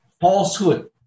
falsehood